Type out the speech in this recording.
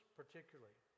particularly